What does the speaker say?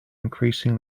increasing